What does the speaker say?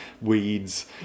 weeds